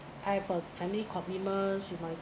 I've a family commitment with my